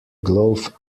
glove